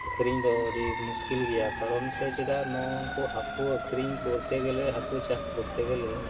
ᱟᱠᱷᱨᱤᱧ ᱫᱚ ᱟᱹᱰᱤ ᱢᱩᱥᱠᱤᱞ ᱜᱮᱭᱟ ᱠᱟᱨᱚᱱ ᱥᱮ ᱪᱮᱫᱟᱜ ᱱᱩᱝᱠᱩ ᱦᱟᱠᱩ ᱟᱹᱠᱷᱨᱤᱧ ᱠᱚᱨᱛᱮ ᱜᱮᱞᱮ ᱦᱟᱹᱠᱩ ᱪᱟᱥ ᱠᱚᱨᱛᱮ ᱜᱮᱞᱮ